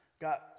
got